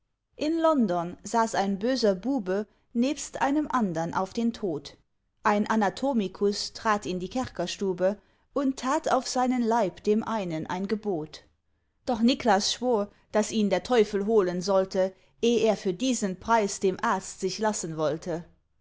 in london saß ein böser bube nebst einem andern auf den tod ein anatomikus trat in die kerkerstube und tat auf seinen leib dem einen ein gebot doch niklas schwor daß ihn der teufel holen sollte eh er für diesen preis dem arzt sich lassen wollte